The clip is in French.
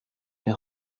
est